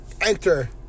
enter